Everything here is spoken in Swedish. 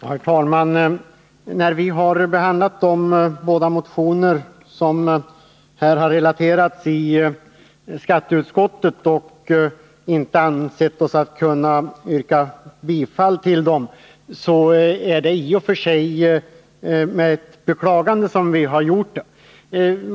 Herr talman! I skatteutskottet beklagade vi när vi behandlade de båda motioner som här har tagits upp att vi inte ansåg oss kunna tillstyrka dem.